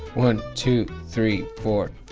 one, two, three, four,